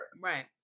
Right